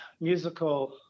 musical